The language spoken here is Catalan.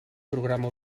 programa